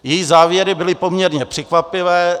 Její závěry byly poměrně překvapivé.